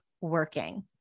working